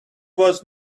was